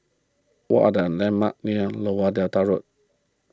what are the landmarks near Lower Delta Road